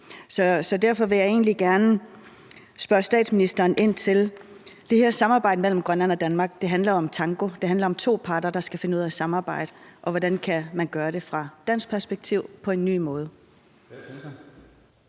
Derfor vil jeg egentlig gerne spørge statsministeren ind til det her samarbejde mellem Grønland og Danmark. Det handler om tango, det handler om to parter, der skal finde ud af at samarbejde. Hvordan kan man fra dansk perspektiv gøre det